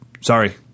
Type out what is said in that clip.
sorry